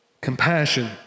Compassion